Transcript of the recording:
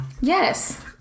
yes